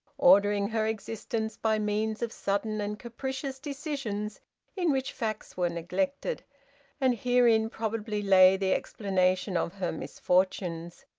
ordering her existence by means of sudden and capricious decisions in which facts were neglected and herein probably lay the explanation of her misfortunes.